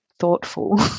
thoughtful